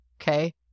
Okay